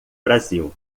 brasil